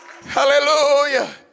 Hallelujah